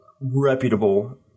reputable